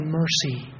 mercy